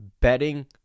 betting